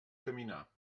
caminar